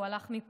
הוא הלך מפה,